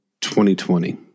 2020